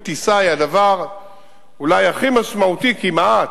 טיסה היא הדבר אולי הכי משמעותי כמעט,